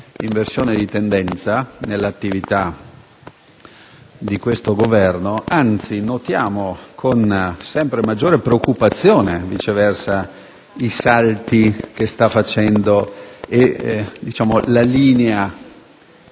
inversione di tendenza nell'attività del Governo; anzi, notiamo con sempre maggiore preoccupazione i salti che sta facendo rispetto alla linea